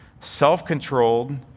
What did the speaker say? self-controlled